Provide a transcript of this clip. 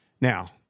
Now